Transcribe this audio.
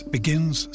Begins